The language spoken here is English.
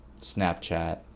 Snapchat